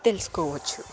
తెలుసుకోవచ్చు